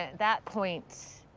that point.